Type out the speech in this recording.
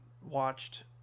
Watched